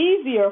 easier